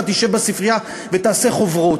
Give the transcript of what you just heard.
אתה תשב בספרייה ותמלא חוברות.